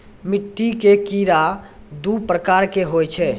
मिट्टी के कीड़ा दू प्रकार के होय छै